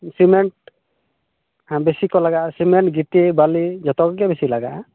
cement ᱵᱮᱥᱤᱠᱚ ᱞᱟᱜᱟᱜᱼᱟ cement ᱜᱤᱴᱤ ᱵᱟᱹᱞᱤ ᱡᱚᱛᱚᱜᱮ ᱵᱮᱥᱤ ᱞᱟᱜᱟᱜᱼᱟ